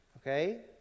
Okay